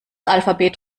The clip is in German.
alphabet